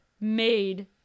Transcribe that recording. made